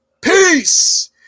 peace